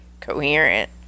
coherent